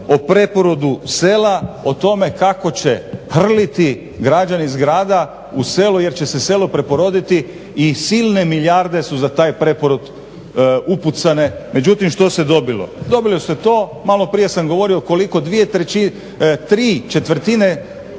o preporodu sela, o tome kako će hrliti građani s grada u selo jer će se selo preporoditi i silne milijarde su za taj preporod upucane. Međutim, što se dobilo? Dobilo se to maloprije sam govorio dvije trećine, tri četvrtine